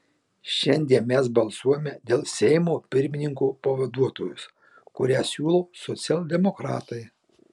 šiandien mes balsuojame dėl seimo pirmininko pavaduotojos kurią siūlo socialdemokratai